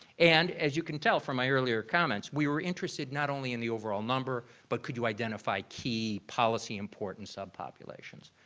and as you can tell from my earlier comments, we were interested not only in the overall number but could you identify key policy importance of populations.